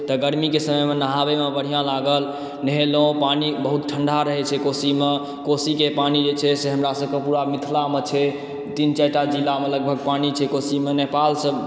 तऽ गर्मी के समय मे नहाबै मे बढ़िऑं लागल नहेलहुॅं पानि बहुत ठंडा रहै छै कोशीमे कोशीके पानि जे छै से हमरासबके पूरा मिथिला मे छै तीन चारिटा जिला मे लगभग पानि छै कोशीमे नेपाल सँ